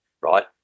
right